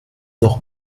noch